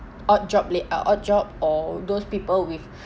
odd job la~ uh odd job or those people with